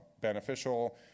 beneficial